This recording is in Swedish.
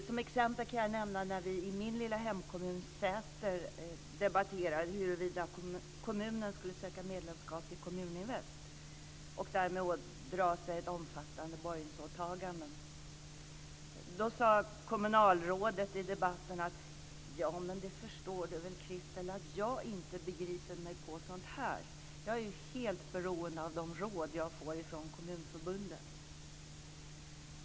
Som exempel kan jag nämna att när vi i min lilla hemkommun Säter debatterade huruvida kommunen skulle söka medlemskap i Kommuninvest och därmed ådra sig ett omfattande borgensåtagande sade kommunalrådet i debatten: Du förstår väl Christel att jag inte begriper mig på sådant här. Jag är helt beroende av de råd som jag får från Kommunförbundet.